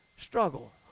struggle